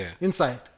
inside